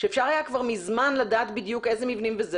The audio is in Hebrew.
שאפשר מזמן היה לדעת בדיוק איזה מבנים נבנו בפלקל.